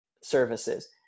services